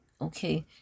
Okay